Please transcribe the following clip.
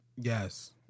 Yes